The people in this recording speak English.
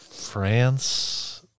France